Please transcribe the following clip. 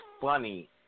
funny